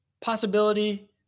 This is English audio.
possibility